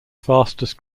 fastest